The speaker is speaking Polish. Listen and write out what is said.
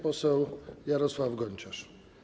Poseł Jarosław Gonciarz.